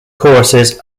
courses